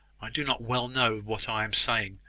i do not well know what i am saying.